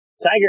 Tiger